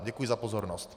Děkuji za pozornost.